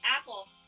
Apple